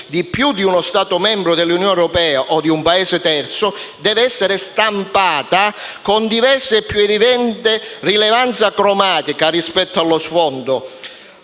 di più di uno Stato membro dell'Unione europea o di un Paese terzo (...), deve essere stampata (...) con diversa e più evidente rilevanza cromatica rispetto allo sfondo,